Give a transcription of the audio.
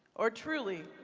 or truly,